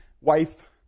wife